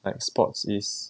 like sports is